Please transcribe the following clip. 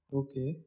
okay